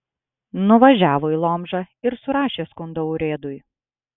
nuvažiavo į lomžą ir surašė skundą urėdui